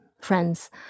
friends